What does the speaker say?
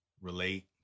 relate